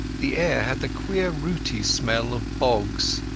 the air had the queer, rooty smell of bogs,